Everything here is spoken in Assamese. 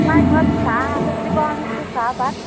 নাই ক'ৰবাত চাহ আছে বুলি কোৱা শুনিছিলোঁ চাহপাত